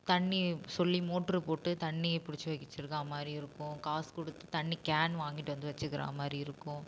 தண்ணி சொல்லி மோட்ரு போட்டு தண்ணிப் பிடிச்சு வச்சிருக்கா மாதிரி இருக்கும் காசு கொடுத்து தண்ணி கேன் வாங்கிட்டு வந்து வச்சுக்கிறா மாதிரி இருக்கும்